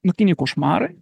naktiniai košmarai